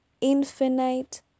infinite